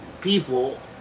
people